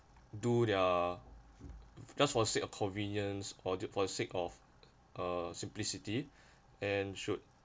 do their just for the sake of convenience or for the sake of uh simplicity and should